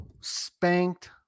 spanked